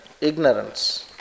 ignorance